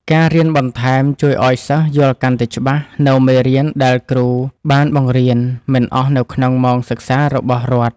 ការរៀនបន្ថែមជួយឱ្យសិស្សយល់កាន់តែច្បាស់នូវមេរៀនដែលគ្រូបានបង្រៀនមិនអស់នៅក្នុងម៉ោងសិក្សារបស់រដ្ឋ។